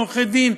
עורכי-דין,